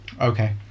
Okay